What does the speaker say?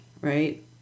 right